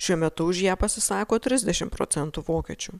šiuo metu už ją pasisako trisdešimt procentų vokiečių